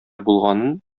булганын